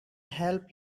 help